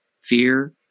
fear